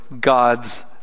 God's